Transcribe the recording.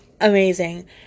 amazing